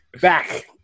Back